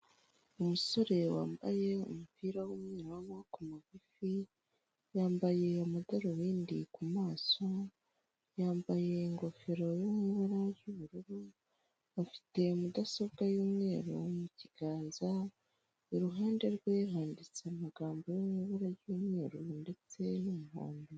Umusore wambaye umupira w'umweru w'amaboko magufi, yambaye amadarubindi ku maso, yambaye ingofero iri mu ibara ry'ubururu, afite mudasobwa y'umweru mu kiganza, iruhande rwe handitse amagambo ari mu ibara ry'umweru ndetse n'umuhondo.